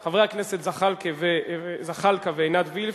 7307 ו-7309,